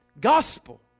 Gospel